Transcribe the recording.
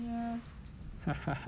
哈哈哈哈